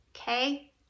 okay